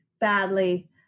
badly